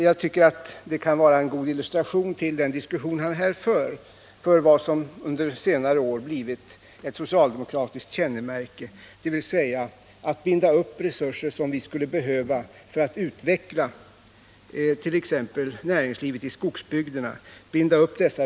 Jag tycker att den diskussion som han här för kan vara en god illustration till vad som under senare år blivit ett socialdemokratiskt kännemärke, dvs. att i företag som inte har konkurrenskraft binda upp resurser som vi skulle behöva för att utveckla t.ex. näringslivet i skogsbygderna.